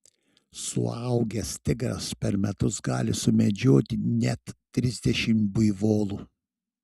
suaugęs tigras per metus gali sumedžioti net trisdešimt buivolų